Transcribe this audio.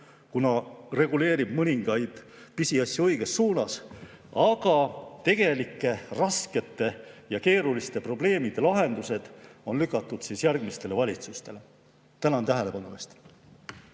kuna reguleerib mõningaid pisiasju õiges suunas. Aga tegelike, raskete ja keeruliste probleemide lahendused on lükatud järgmistele valitsustele. Tänan tähelepanu eest!